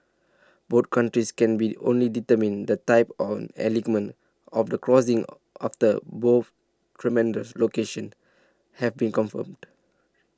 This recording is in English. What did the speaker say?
both countries can be only determine the type on alignment of the crossing after both terminus locations have been confirmed